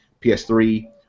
PS3